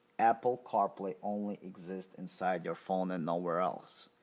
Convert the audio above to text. apple carplay only exists inside your phone and nowhere else.